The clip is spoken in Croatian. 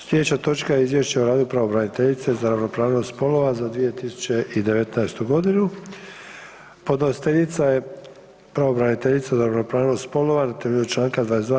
Sljedeća točka je: - Izvješće o radu pravobraniteljice za ravnopravnost spolova za 2019. godinu, Podnositeljica je pravobraniteljica za ravnopravnost spolova na temelju čl. 22.